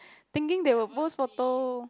thinking they will post photo